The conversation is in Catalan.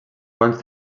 abans